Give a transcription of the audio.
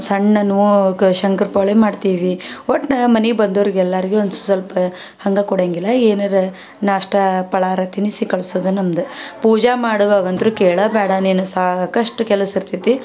ಸಣ್ಣನೆವು ಕ ಶಂಕರ ಪೊಳಿ ಮಾಡ್ತೀವಿ ಒಟ್ಟು ಮನೆಗೆ ಬಂದೋರಿಗೆ ಎಲ್ಲರಿಗೂ ಒಂದು ಸ್ವಲ್ಪ ಹಂಗೆ ಕೊಡಂಗಿಲ್ಲ ಏನಾರ ನಾಷ್ಟ ಫಲಾಹಾರ ತಿನಿಸಿ ಕಳ್ಸೋದು ನಮ್ದು ಪೂಜೆ ಮಾಡುವಾಗಂತೂ ಕೇಳಬೇಡ ನೀನು ಸಾಕಷ್ಟು ಕೆಲಸ ಇರ್ತೈತಿ